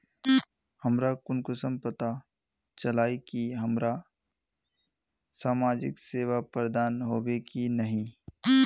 हमरा कुंसम पता चला इ की हमरा समाजिक सेवा प्रदान होबे की नहीं?